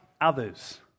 others